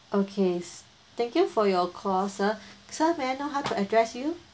okay s~ thank you for your call sir sir may I know how to address you